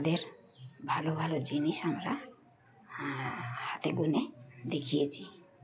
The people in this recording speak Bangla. তাদের ভালো ভালো জিনিস আমরা হাতে গুনে দেখিয়েছি